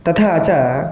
तथा च